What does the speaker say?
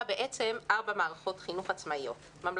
בעצם ארבע מערכות חינוך עצמאיות: ממלכתי,